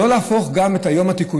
לא להפוך גם את התיקונים